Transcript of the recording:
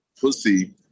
pussy